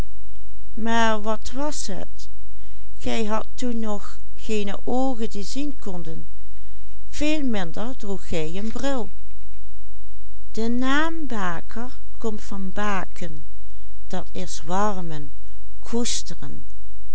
zien konden veel minder droegt gij een bril de naam baker komt van baken dat is warmen koesteren